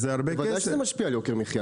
ודאי שזה משפיע על יוקר המחיה.